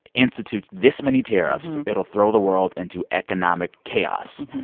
institutes this many tariffs, it'll throw the world into economic chaos.